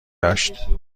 داشت